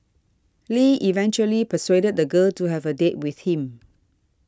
Lee eventually persuaded the girl to have a date with him